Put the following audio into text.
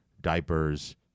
diapers